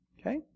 okay